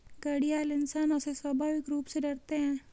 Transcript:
घड़ियाल इंसानों से स्वाभाविक रूप से डरते है